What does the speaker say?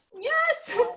Yes